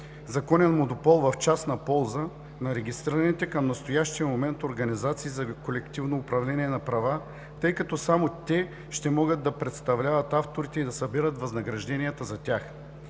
законен монопол в частна полза на регистрираните към настоящия момент организации за колективно управление на права, тъй като само те ще могат да представляват авторите и да събират възнагражденията за тях.